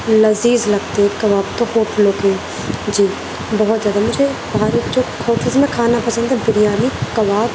لذیذ لگتے ہیں کباب تو ہوٹلوں کے جی بہت زیادہ مجھے باہر کے ہوٹلس میں کھانا پسند ہے بریانی کباب